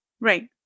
Right